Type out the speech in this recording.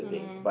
yeah